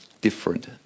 different